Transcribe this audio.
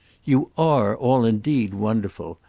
you are all indeed wonderful.